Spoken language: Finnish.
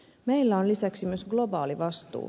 meillä on lisäksi myös globaali vastuu